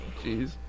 Jeez